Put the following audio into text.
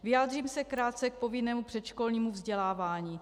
Vyjádřím se krátce k povinnému předškolnímu vzdělávání.